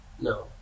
No